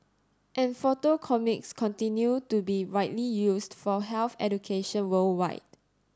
and photo comics continue to be widely used for health education worldwide